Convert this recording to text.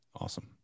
Awesome